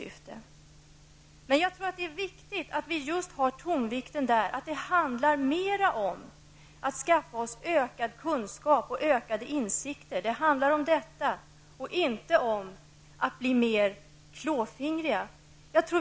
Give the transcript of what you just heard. Det är emellertid viktigt att tonvikten ligger på att det mera handlar om att skaffa oss ökad kunskap och ökade insikter och inte om att bli mera klåfingriga.